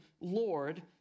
Lord